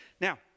Now